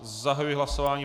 Zahajuji hlasování.